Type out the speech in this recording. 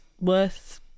worth